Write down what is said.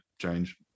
change